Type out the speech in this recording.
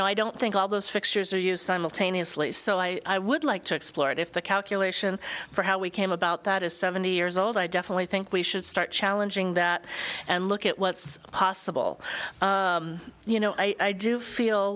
know i don't think all those fixtures are used simultaneously so i would like to explore it if the calculation for how we came about that is seventy years old i definitely think we should start challenging that and look at what's possible you know i do feel